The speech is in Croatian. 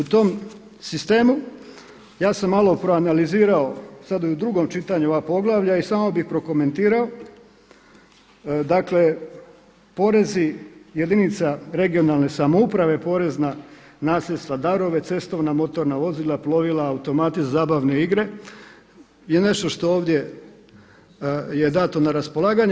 U tom sistemu ja sam malo proanalizirao sad i u drugom čitanju ova poglavlja i samo bi prokomentirao dakle porezi jedinica regionalne samouprave, porez na nasljedstva, darove, cestovna, motorna vozila, plovila, automati za zabavne igre je nešto što ovdje je dato na raspolaganje.